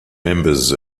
members